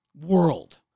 world